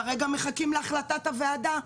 כרגע מחכים להחלטת הוועדה.